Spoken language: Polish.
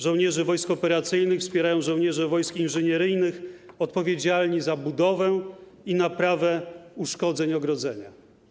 Żołnierzy wojsk operacyjnych wspierają żołnierze wojsk inżynieryjnych odpowiedzialni za budowę i naprawę uszkodzeń ogrodzenia.